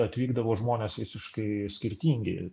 atvykdavo žmonės visiškai skirtingi